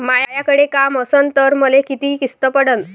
मायाकडे काम असन तर मले किती किस्त पडन?